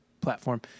platform